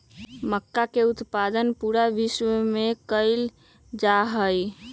मक्का के उत्पादन पूरा विश्व में कइल जाहई